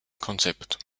konzept